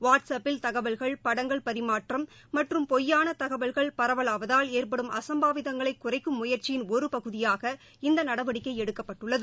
WhatsApp தகவல்கள் படங்கள் பரிமாற்றம் மற்றும் பொய்யான தகவல்கள் பரவலாவதால் ஏற்படும் அசம்பாவிதங்களை குறைக்கும் முயற்சியின் ஒரு பகுதியாக இந்த நடவடிக்கை எடுக்கப்பட்டுள்ளது